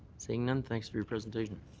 seeing none, thanks for your presentation.